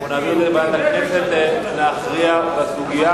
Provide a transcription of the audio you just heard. אנחנו נעביר את זה לוועדת הכנסת להכריע בסוגיה.